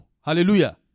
Hallelujah